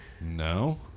no